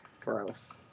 Gross